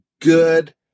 good